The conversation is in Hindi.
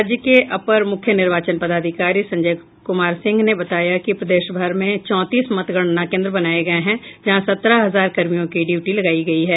राज्य के अपर मुख्य निर्वाचन पदाधिकारी संजय कुमार सिंह ने बताया कि प्रदेश भर में चौंतीस मतगणना केन्द्र बनाये गये हैं जहां सत्रह हजार कर्मियों की ड्यूटी लगायी गयी है